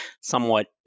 somewhat